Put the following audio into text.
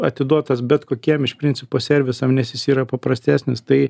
atiduotas bet kokiem iš principo servisam nes jis yra paprastesnis tai